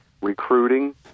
recruiting